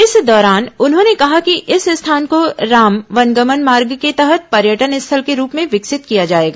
इस दौरान उन्होंने कहा कि इस स्थान को राम बनगमन मार्ग के तहत पर्यटन स्थल के रूप में विकसित किया जाएगा